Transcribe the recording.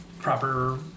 proper